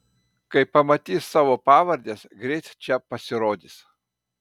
kai pamatys savo pavardes greit čia pasirodys